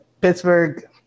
Pittsburgh